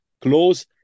close